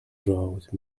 throughout